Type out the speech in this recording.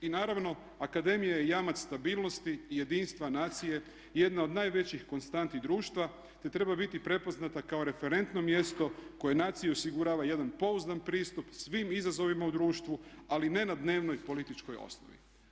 I naravno, akademija je jamac stabilnosti i jedinstva nacije i jedna od najvećih konstanti društva, te treba biti prepoznata kao referentno mjesto koje naciji osigurava jedan pouzdan pristup svim izazovima u društvu, ali ne na dnevnoj, političkoj osnovi.